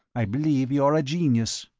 i believe you are a genius.